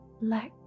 let